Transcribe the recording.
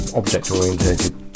object-oriented